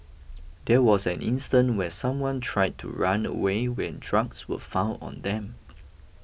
there was an instance where someone tried to run away when drugs were found on them